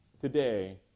today